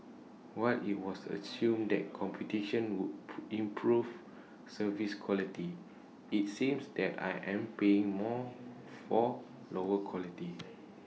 while IT was assumed that competition would improve service quality IT seems that I am paying more for lower quality